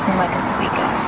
like a sweet guy.